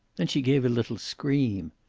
then she gave a little scream.